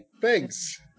thanks